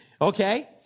Okay